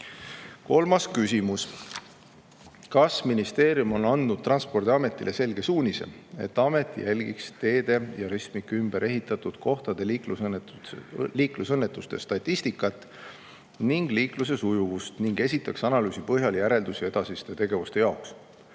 Kolmas küsimus: "Kas ministeerium on andnud Transpordiametile selge suunise, et amet jälgiks teede ja ristmike ümber ehitatud kohtade liiklusõnnetuste statistikat ning liikluse sujuvust ning esitaks analüüsi põhjal järeldusi edasiste tegevuste jaoks?"